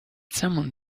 someone